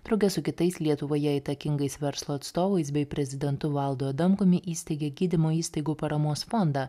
drauge su kitais lietuvoje įtakingais verslo atstovais bei prezidentu valdu adamkumi įsteigė gydymo įstaigų paramos fondą